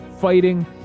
fighting